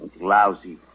Lousy